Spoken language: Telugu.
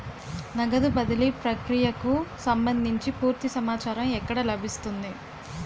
నగదు బదిలీ ప్రక్రియకు సంభందించి పూర్తి సమాచారం ఎక్కడ లభిస్తుంది?